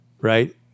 right